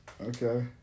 Okay